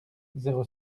zéro